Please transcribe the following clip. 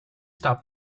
stop